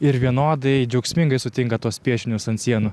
ir vienodai džiaugsmingai sutinka tuos piešinius ant sienų